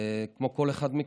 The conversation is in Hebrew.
כמו כל אחד מכם,